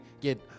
get